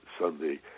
Sunday